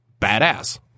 badass